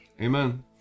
Amen